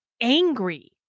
angry